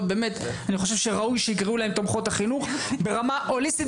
באמת אני חושב שראוי שיקראו להן תומכות חינוך ברמה הוליסטית